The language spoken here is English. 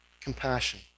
Compassion